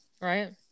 Right